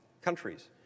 countries